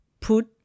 put